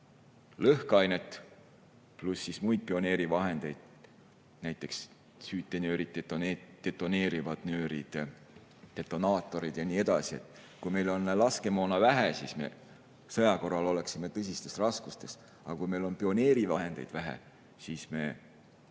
lõhkeainet, pluss muid pioneerivahendeid, näiteks süütenöörid, detoneerivad nöörid, detonaatorid ja nii edasi. Kui meil on laskemoona vähe, siis me oleme sõja korral tõsistes raskustes, aga kui meil on pioneerivahendeid vähe, siis me